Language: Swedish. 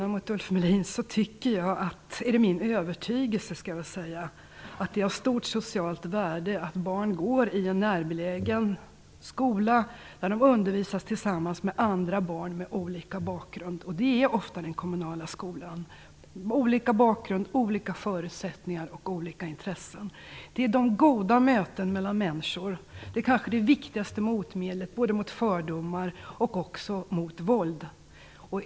Det är min övertygelse att det är av stort socialt värde att barn går i en närbelägen skola, där de undervisas tillsammans med andra barn med olika bakgrund, förutsättningar och intressen. Det är ofta den kommunala skolan. Det goda mötet mellan människor är kanske det viktigaste motmedlet mot fördomar och våld.